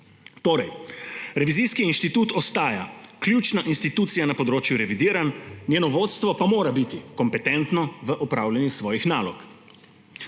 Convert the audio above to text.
Torej, revizijski inštitut ostaja ključna institucija na področju revidiranj, njeno vodstvo pa mora biti kompetentno v opravljanju svojih nalog.